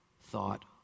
thought